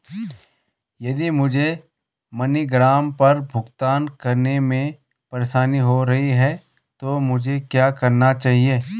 यदि मुझे मनीग्राम पर भुगतान करने में परेशानी हो रही है तो मुझे क्या करना चाहिए?